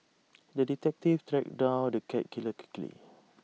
the detective tracked down the cat killer quickly